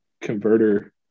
converter